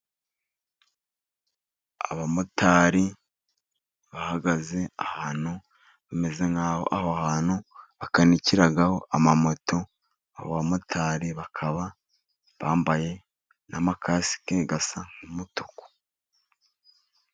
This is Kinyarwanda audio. Abamotari bahagaze ahantu hameze nk'aho aho hantu bakanikiraho amamoto. Aba bamotari bakaba bambaye n' amakasike asa nk'umutuku.